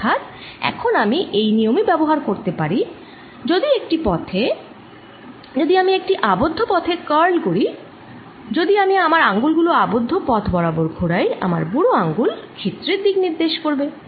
অর্থাৎ এখন আমি এই নিয়মই ব্যবহার করতে পারি যে যদি একটি পথে যদি আমি একটি আবদ্ধ পথে কার্ল করি যদি আমি আমার আঙুলগুলো আবদ্ধ পথ বরাবর ঘোরাই আমার বুড়োআঙুল ক্ষেত্রের দিক নির্দেশ করবে